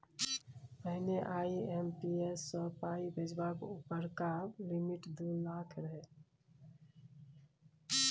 पहिने आइ.एम.पी.एस सँ पाइ भेजबाक उपरका लिमिट दु लाख रहय